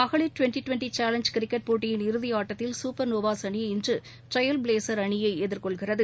மகளிர் twenty twenty challenge cricket போட்டியின் இறதி ஆட்டத்தில் சூப்பர் நோவாஸ் அனி இன்று டிரையல் பிலேசர் அணியை எதிர்கொள்கிறது